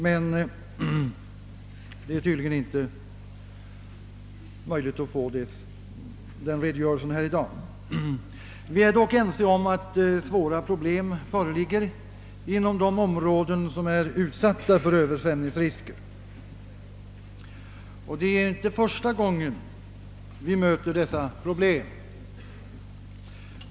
Men det är tydligen inte möjligt att få den redogörelsen här i dag. Vi är dock ense om att svåra problem föreligger inom de områden som är utsatta för översvämningsrisker. Och det är inte första gången vi möter dessa problem.